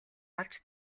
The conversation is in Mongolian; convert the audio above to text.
олж